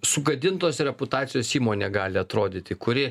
sugadintos reputacijos įmonė gali atrodyti kuri